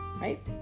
right